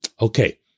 Okay